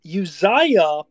Uzziah